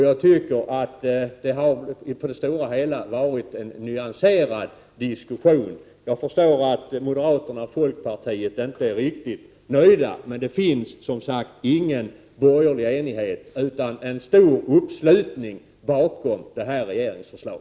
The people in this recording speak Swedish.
Jag tycker att det på det stora hela varit en nyanserad diskussion. Jag förstår att moderaterna och folkpartisterna inte är riktigt nöjda, men det finns som sagt ingen borgerlig enighet, utan en stor uppslutning bakom detta regeringsförslag.